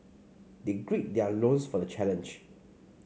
they gird their loins for the challenge